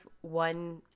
one